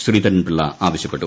ശ്രീധരൻപിള്ള ആവശ്യപ്പെട്ടു